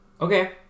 Okay